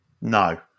No